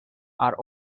are